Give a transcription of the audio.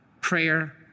Prayer